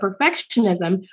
perfectionism